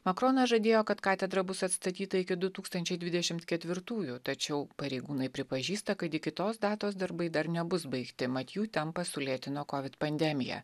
makronas žadėjo kad katedra bus atstatyta iki du tūkstančiai dvidešimt ketvirtųjų tačiau pareigūnai pripažįsta kad iki tos datos darbai dar nebus baigti mat jų tempą sulėtino kovid pandemija